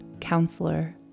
Counselor